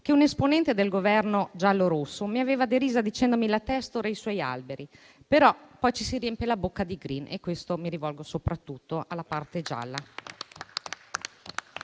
che un esponente del Governo giallorosso mi aveva derisa dicendomi: «La Testor e i suoi alberi». Poi, però, ci si riempie la bocca di *green*, e mi rivolgo soprattutto alla parte gialla.